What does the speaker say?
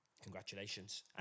Congratulations